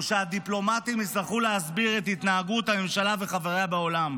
הוא שהדיפלומטים יצטרכו להסביר את התנהגות הממשלה וחבריה בעולם.